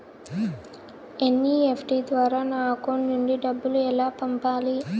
NEFT ద్వారా నా account నుండి డబ్బులు ఎలా పంపాలి